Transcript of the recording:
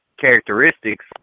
characteristics